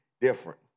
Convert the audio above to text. different